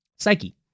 Psyche